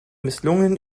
misslungenen